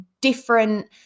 different